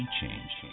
change